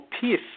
peace